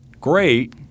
Great